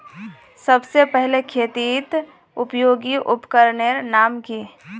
सबसे पहले खेतीत उपयोगी उपकरनेर नाम की?